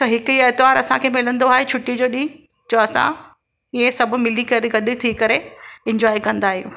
छो हिकु ई आरितवार असांखे मिलंदो आहे छुटी जो ॾींहुं जो असां हीअं सभु मिली करे गॾु थी करे एंजोय कंदा आहियूं